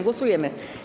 Głosujemy.